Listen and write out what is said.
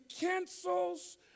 cancels